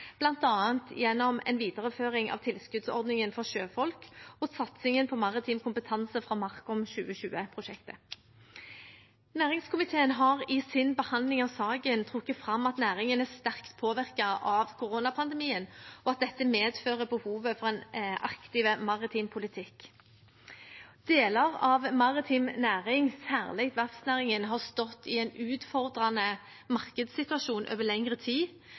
gjennom en videreføring av tilskuddsordningen for sjøfolk og satsingen på maritim kompetanse fra MARKOM2020-prosjektet. Næringskomiteen har i sin behandling av saken trukket fram at næringen er sterkt påvirket av koronapandemien, og at dette medfører behov for en aktiv maritim politikk. Deler av maritim næring, særlig verftsnæringen, har stått i en utfordrende markedssituasjon over lengre tid,